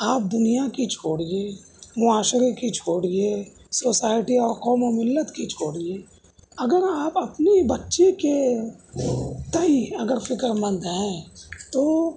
آپ دنیا کی چھوڑیے معاشرہ کی چھوڑیے سوسائٹی اور قوم و ملت کی چھوڑیے اگر آپ اپنی بچی کے تئیں اگر فکرمند ہیں تو